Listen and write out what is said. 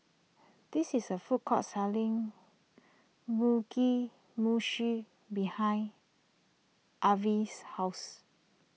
this is a food court selling Mugi Meshi behind Arvel's house